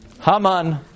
Haman